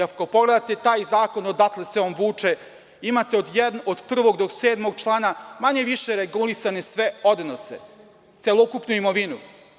Ako pogledate taj zakon, odatle se on vuče, imate od 1. do 7. člana manje-više regulisane sve odnose, celokupnu imovinu.